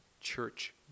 church